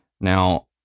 Now